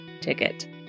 ticket